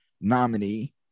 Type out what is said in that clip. nominee